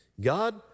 God